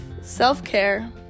Self-care